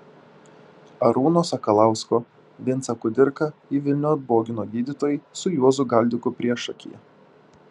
arūno sakalausko vincą kudirką į vilnių atbogino gydytojai su juozu galdiku priešakyje